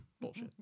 bullshit